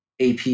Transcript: AP